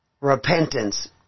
repentance